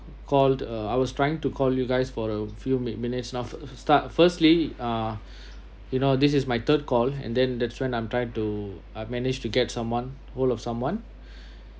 called uh I was trying to call you guys for a few min~ minutes now start firstly uh you know this is my third call and then that's why I'm trying to I managed to get someone all of someone